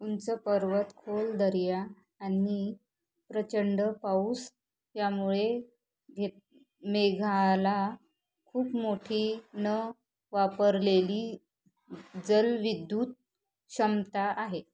उंच पर्वत खोल दऱ्या आणि प्रचंड पाऊस यामुळे घेत मेघाला खूप मोठी न वापरलेली जलविद्युत क्षमता आहे